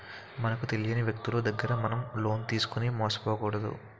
మనకు తెలియని వ్యక్తులు దగ్గర మనం లోన్ తీసుకుని మోసపోకూడదు